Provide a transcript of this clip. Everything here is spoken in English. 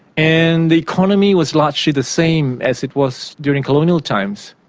and the economy was largely the same as it was during colonial times,